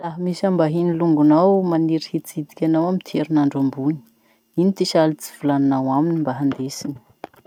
Laha misy ambahiny longonao maniry hitsidiky anao amy ty herinandro ambony, ino ty salotsy volaninao aminy mba handesiny?